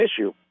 issue